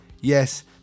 yes